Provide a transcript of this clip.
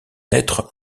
être